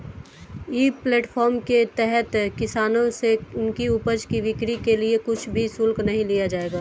ई platform के तहत किसानों से उनकी उपज की बिक्री के लिए कुछ भी शुल्क नहीं लिया जाएगा